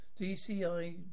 DCI